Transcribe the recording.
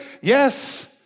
yes